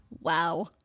Wow